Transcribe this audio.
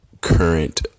current